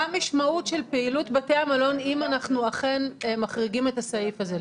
מה המשמעות של פעילות בתי המלון אם אנחנו אכן מחריגים את הסעיף הזה,